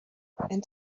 and